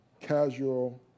casual